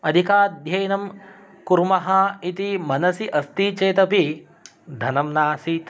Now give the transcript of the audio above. अधिकाध्ययनं कुर्मः इति मनसि अस्ति चेत् अपि धनं नासीत्